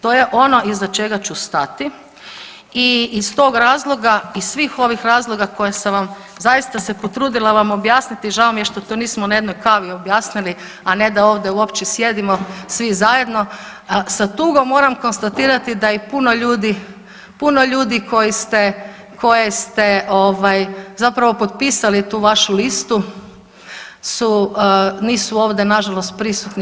To je ono iza čega ću stati i iz tog razloga i svih ovih razloga koje sam vam zaista se potrudila vam objasniti, žao mi je što to nismo na jednoj kavi objasnili, a ne da ovde uopće sjedimo svi zajedno, sa tugom moram konstatirati da i puno ljudi, puno ljudi koje ste zapravo potpisali na tu vašu listu, su, nisu ovde nažalost prisutni.